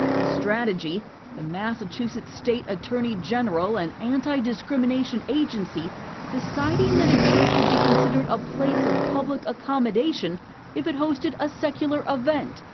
the strategy the massachusetts attorney-general and anti-discrimination agency deciding that a church would be considered a place of public accommodation if it hosted a secular event,